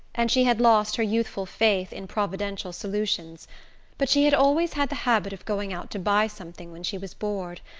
and she had lost her youthful faith in providential solutions but she had always had the habit of going out to buy something when she was bored,